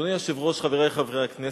אדוני היושב-ראש, חברי חברי הכנסת,